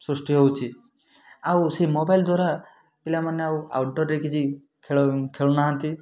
ସୃଷ୍ଟି ହେଉଛି ଆଉ ସେ ମୋବାଇଲ୍ ଦ୍ଵାରା ପିଲାମାନେ ଆଉ ଆଉଟଡୋରରେ କିଛି ଖେଳ ଖେଳୁନାହାଁନ୍ତି